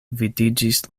vidiĝis